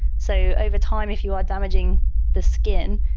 so over time, if you are damaging the skin,